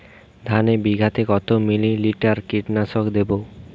ধানে বিঘাতে কত মিলি লিটার কীটনাশক দেবো?